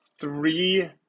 Three